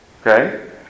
Okay